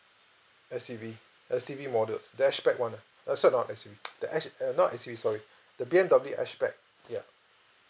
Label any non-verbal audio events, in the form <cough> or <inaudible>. S_U_V S_U_V models the hatchback [one] ah uh sorry not S_U_V the hatch uh not S_U_V sorry <breath> the B_M_W hatchback ya